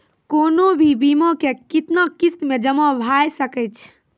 कोनो भी बीमा के कितना किस्त मे जमा भाय सके छै?